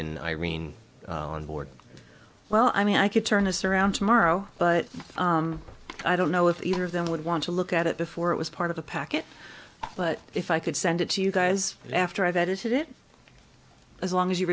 and irene on board well i mean i could turn this around tomorrow but i don't know if either of them would want to look at it before it was part of the package but if i could send it to you guys after i've edited it as long as you re